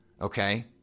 okay